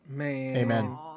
Amen